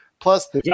plus